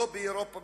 לא באירופה,